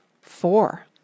Four